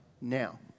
now